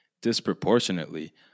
disproportionately